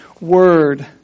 word